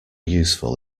useful